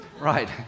Right